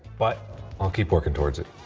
but i'll keep working towards it.